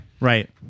right